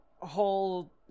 whole